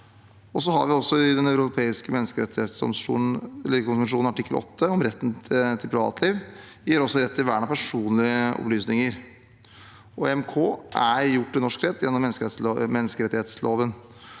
Den europeiske menneskerettskonvensjons artikkel 8, om retten til privatliv. Det gir rett til vern av personlige opplysninger. EMK er gjort til norsk rett gjennom menneskerettsloven